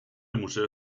museo